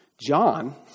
John